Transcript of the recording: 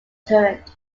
turret